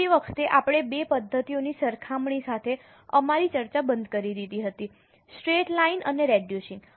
છેલ્લી વખતે આપણે બે પદ્ધતિઓની સરખામણી સાથે અમારી ચર્ચા બંધ કરી દીધી હતી સ્ટ્રેટ લાઇન અને રેડયુશીંગ